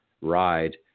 ride